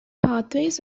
pathways